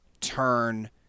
turn